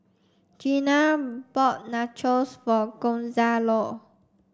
Jenna bought Nachos for Gonzalo